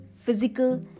physical